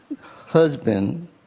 husband